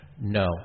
No